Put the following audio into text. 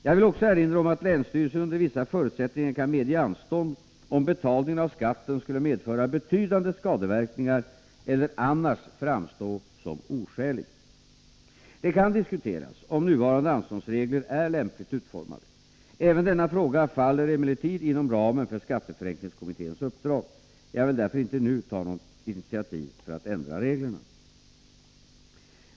Jag vill också erinra om att länsstyrelsen under vissa förutsättningar kan medge anstånd om betalningen av skatten skulle medföra betydande skadeverkningar eller annars framstå som oskälig. Det kan diskuteras om nuvarande anståndsregler är lämpligt utformade. Även denna fråga faller emellertid inom ramen för skatteförenklingskommitténs uppdrag. Jag vill därför inte nu ta något initiativ för att ändra reglerna.